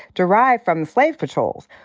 derive from slave patrols.